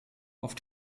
auf